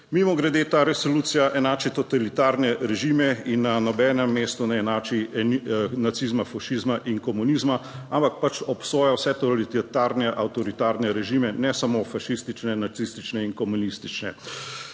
Mimogrede, ta resolucija enači totalitarne režime in na nobenem mestu ne enači nacizma, fašizma in komunizma, ampak pač obsoja vse totalitarne, avtoritarne režime, ne samo fašistične, nacistične in komunistične.